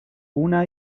una